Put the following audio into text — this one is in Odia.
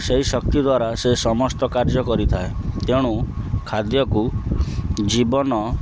ସେହି ଶକ୍ତି ଦ୍ୱାରା ସେ ସମସ୍ତ କାର୍ଯ୍ୟ କରିଥାଏ ତେଣୁ ଖାଦ୍ୟକୁ ଜୀବନ